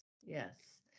Yes